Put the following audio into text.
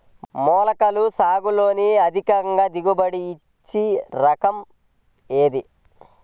మొలకల సాగులో అధిక దిగుబడి ఇచ్చే రకం ఏది?